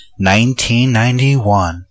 1991